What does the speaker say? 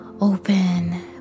open